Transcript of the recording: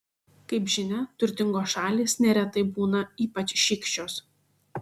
kaip žinia turtingos šalys neretai būna ypač šykščios